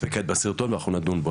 של רשות הטבע ונדון בו.